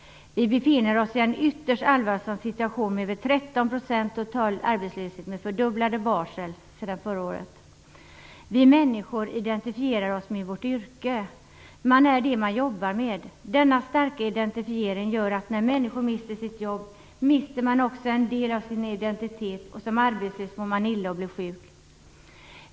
Vi befinner oss i en ytterst allvarsam situation med över 13 % total arbetslöshet med fördubblade varsel sedan förra året. Vi människor identifierar oss med vårt yrke. Man är det man jobbar med. Denna starka identifiering gör att när människor mister sitt jobb, mister de också en del av sin identitet. Som arbetslös mår man illa och blir sjuk.